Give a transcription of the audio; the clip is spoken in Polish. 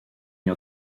nie